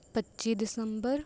ਪੱਚੀ ਦਸੰਬਰ